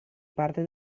parte